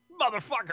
motherfucker